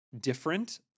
different